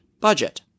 budget